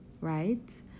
right